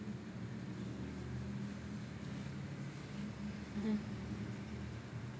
mmhmm